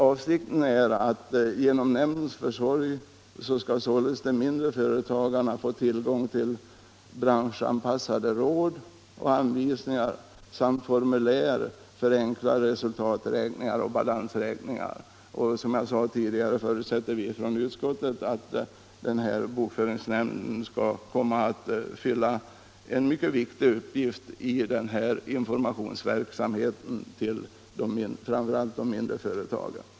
Avsikten är att de mindre företagen genom nämndens försorg skall få tillgång till branschanpassade råd och anvisningar samt formulär för enkla resultaträkningar och balansräkningar. Som jag sade tidigare förutsätter vi från utskottet att bokföringsnämnden skall komma att fylla en mycket viktig uppgift i informationsverksamheten för framför allt de mindre företagen.